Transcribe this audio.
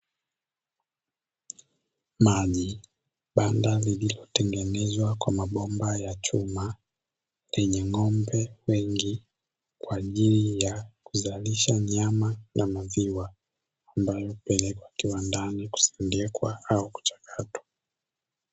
Maji, banda lililotengenezwa kwa mabomba ya chuma lenye ngombe wengi, kwa ajili ya kuzalisha nyama na maziwa ambayo hupelekwa kiwandani kusindikwa au kuchakatwa.